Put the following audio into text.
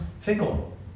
fickle